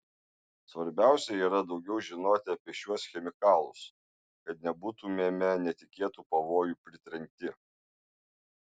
svarbiausia yra daugiau žinoti apie šiuos chemikalus kad nebūtumėme netikėtų pavojų pritrenkti